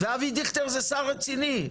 ואבי דיכטר זה שר רציני,